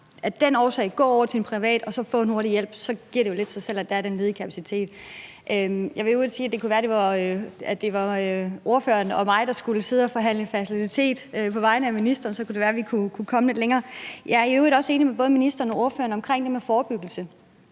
af den årsag gå over til en privat og få en hurtig hjælp, giver det jo lidt sig selv, at der er den ledige kapacitet. Jeg vil i øvrigt sige, at det kan være, at det var ordføreren og mig, der skulle sidde og forhandle fertilitet på vegne af ministeren. Så kunne det være, vi kunne komme lidt længere. Jeg er i øvrigt også enig med både ministeren og ordføreren i det med forebyggelse,